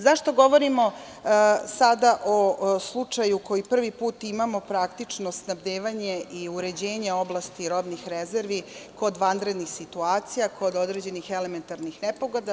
Zašto govorimo sada o slučaju koji prvi put imamo, snabdevanje i uređenje oblasti robnih rezervi kod vanrednih situacija, kod određenih elementarnih nepogoda?